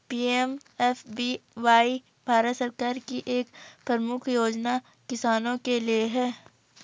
PMFBY Bharat सरकार की एक प्रमुख योजना किसानों के लिए है